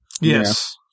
Yes